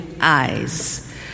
eyes